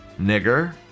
nigger